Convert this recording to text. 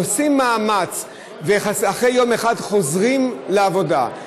עושים מאמץ ואחרי יום אחד חוזרים לעבודה.